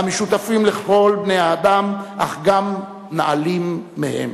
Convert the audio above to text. המשותפים לכל בני-האדם אך גם נעלים מהם,